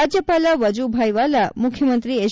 ರಾಜ್ಯಪಾಲ ವಜೂಬಾಯಿ ವಾಲಾ ಮುಖ್ಯಮಂತ್ರಿ ಹೆಚ್